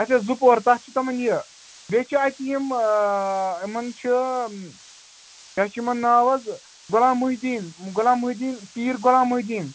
اچھا زٕ پُہَر تَتھ چھِ تٕمَن یہِ بیٚیہِ چھِ اَتہِ یِم یِمَن چھِ کیاہ چھِ یِمَن ناو حظ غلام محدیٖن غلام محدیٖن پیٖر غلام محدیٖن